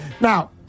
Now